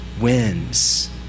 wins